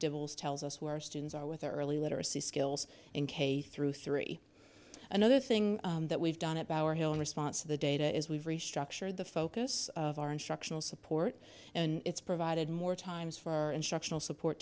devils tells us who our students are with their early literacy skills in k through three another thing that we've done it by our hill in response to the data is we've restructured the focus of our instructional support and it's provided more times for instructional support